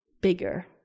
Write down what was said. bigger